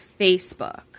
Facebook